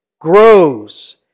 Grows